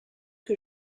que